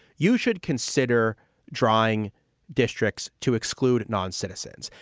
you should consider drawing districts to exclude non-citizens.